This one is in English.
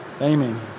Amen